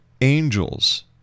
angels